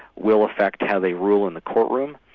will affect how they rule in the courtroom.